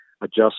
adjust